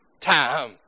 time